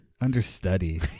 Understudy